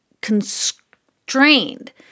constrained